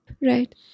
Right